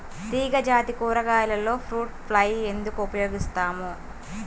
తీగజాతి కూరగాయలలో fruit fly ఎందుకు ఉపయోగిస్తాము?